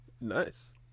nice